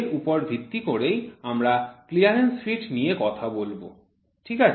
এবং এর উপর ভিত্তি করেই আমরা ক্লিয়ারেন্স ফিট নিয়ে কথা বলব ঠিক আছে